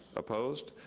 opposed,